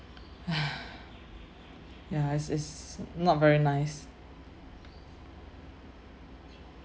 ya is is not very nice